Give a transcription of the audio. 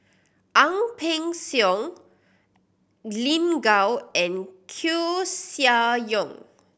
Ang Peng Siong Lin Gao and Koeh Sia Yong